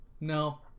no